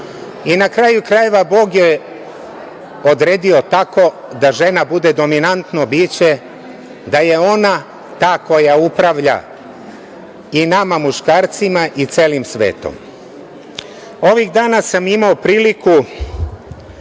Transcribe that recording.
Na kraju krajeva Bog je odredio tako da žena bude dominantno biće, da je ona ta koja upravlja i nama muškarcima i celim svetom. Ovih dana sam imao priliku